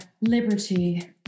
Liberty